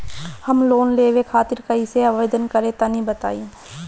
हम लोन लेवे खातिर कइसे आवेदन करी तनि बताईं?